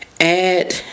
Add